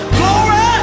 glory